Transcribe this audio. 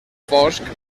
fosc